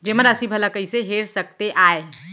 जेमा राशि भला कइसे हेर सकते आय?